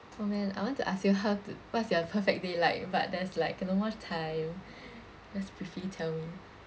oh man I want to ask you how to what's your perfect day like but there's like not much time just briefly tell me